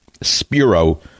Spiro